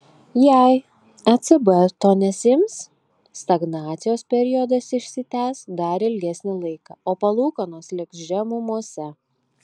jei ecb to nesiims stagnacijos periodas išsitęs dar ilgesnį laiką o palūkanos liks žemumose